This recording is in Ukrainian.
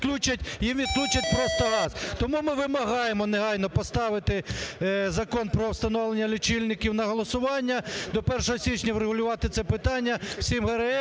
їм відключать просто газ. Тому ми вимагаємо негайно поставити Закон про встановлення лічильників на голосування, до 1 січня врегулювати це питання всім ГРМ,